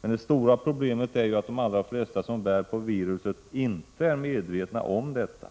Men det stora problemet är ju att de allra flesta som bär på viruset inte är medvetna om detta.